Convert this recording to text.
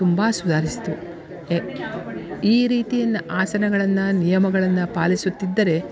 ತುಂಬ ಸುಧಾರಿಸಿತು ಏ ಈ ರೀತಿ ಇನ್ ಆಸನಗಳನ್ನು ನಿಯಮಗಳನ್ನು ಪಾಲಿಸುತ್ತಿದ್ದರೆ